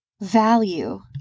value